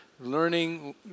learning